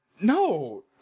No